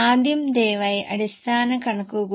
അതിനാൽ ദയവായി ഇത് ശ്രദ്ധിക്കുക